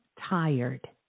tired